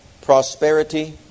prosperity